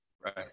Right